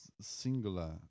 singular